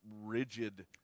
rigid